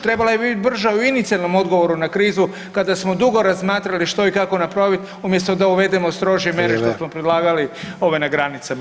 Trebala bi biti brža i u inicijalnom odgovoru na krizu kada smo dugo razmatrali što i kako napraviti umjesto da uvedemo strože mjere što smo predlagali na granicama.